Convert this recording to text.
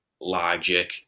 logic